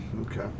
Okay